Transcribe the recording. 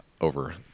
over